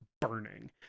burning